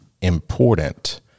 important